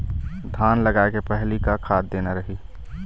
धान लगाय के पहली का खाद देना रही?